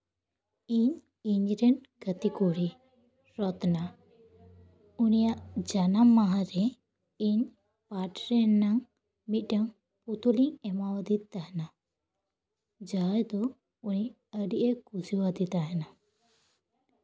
ᱤᱧ ᱤᱧᱨᱮᱱ ᱜᱟᱛᱮ ᱠᱩᱲᱤ ᱨᱚᱛᱱᱟ ᱩᱱᱤᱭᱟᱜ ᱡᱟᱱᱟᱢ ᱢᱟᱦᱟᱨᱮ ᱤᱧ ᱯᱟᱴᱷ ᱨᱮᱱᱟᱜ ᱢᱤᱫᱴᱮᱱ ᱯᱩᱛᱩᱞᱤᱧ ᱮᱢᱟ ᱟᱫᱮ ᱛᱟᱦᱮᱱᱟ ᱡᱟᱦᱟᱸᱭ ᱫᱚ ᱩᱱᱤ ᱟᱹᱰᱤᱭᱮ ᱠᱩᱥᱤᱭᱟᱫᱮ ᱛᱟᱦᱮᱱᱟ